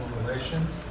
relations